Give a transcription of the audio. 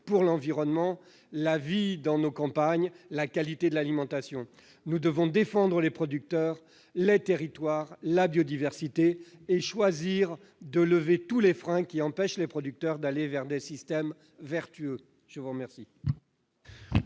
pour l'environnement, la vie dans nos campagnes, la qualité de l'alimentation. Nous devons donc défendre les producteurs, les territoires, la biodiversité et choisir de lever tous les freins qui empêchent les producteurs d'aller vers des systèmes vertueux. L'amendement